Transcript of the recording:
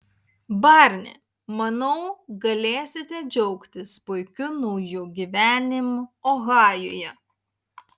barni manau galėsite džiaugtis puikiu nauju gyvenimu ohajuje